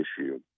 issue